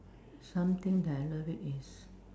something that I love it is